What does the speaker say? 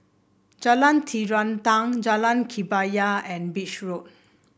Jalan Terentang Jalan Kebaya and Beach Road